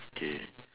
K